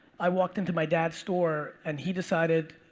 i walked into my dad's store and he decided,